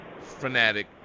fanatic